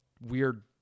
weird